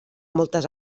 moltes